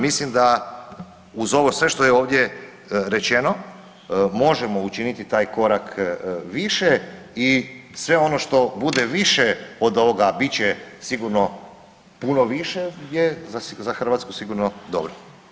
Mislim da uz ovo sve što je ovdje rečeno, možemo učiniti taj korak više i sve ono što bude više od ovoga a bit će sigurno puno više je za Hrvatsku sigurno dobro.